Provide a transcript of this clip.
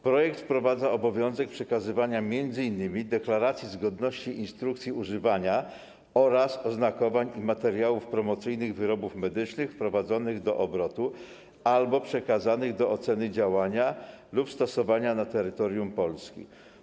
Projekt wprowadza obowiązek przekazywania m.in. deklaracji zgodności instrukcji używania oraz oznakowań i materiałów promocyjnych wyrobów medycznych wprowadzonych do obrotu albo przekazanych do oceny działania lub stosowania na terytorium Polski.